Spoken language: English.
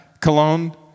cologne